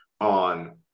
on